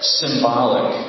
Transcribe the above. symbolic